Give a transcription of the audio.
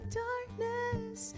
darkness